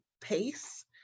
pace